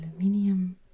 aluminium